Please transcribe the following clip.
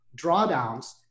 drawdowns